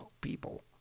people